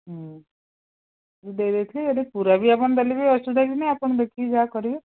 ହୁଁ ଦେଇ ଦେଇଥିବେ ଯଦି ପୁରା ବି ଆପଣ ଦେଲେ ବି କିଛି ଅସୁବିଧା ନାହିଁ ଆପଣ ଦେଖିକି ଯାହା କରିବେ